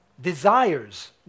Desires